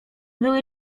były